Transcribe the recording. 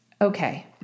Okay